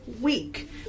week